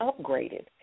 upgraded